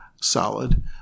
solid